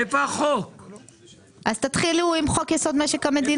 אסתי, תתחילו עם חוק-יסוד: משק המדינה.